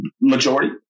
Majority